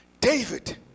David